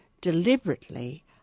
deliberately